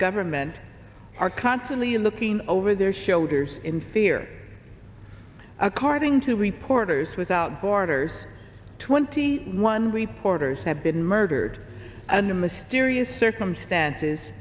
government are constantly looking over their shoulders in fear according to report those without borders twenty one reported have been murdered and the mysterious circumstances